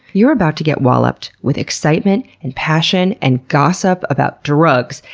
you are about to get walloped with excitement, and passion, and gossip about drugs,